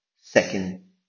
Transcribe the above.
second